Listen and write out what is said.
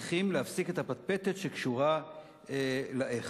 צריך להפסיק את הפטפטת שקשורה ל"איך".